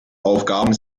aufgaben